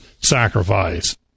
sacrifice